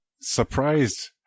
Surprised